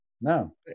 No